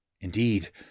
Indeed